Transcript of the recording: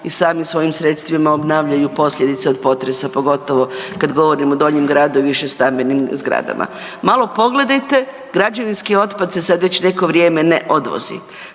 i sami svojim sredstvima obnavljaju posljedice od potresa, pogotovo kad govorimo o Donjem gradu i višestambenim zgradama. Malo pogledajte građevinski otpad se sad već neko vrijeme ne odvozi.